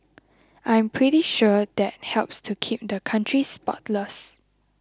I'm pretty sure that helps to keep the country spotless